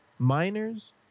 Miners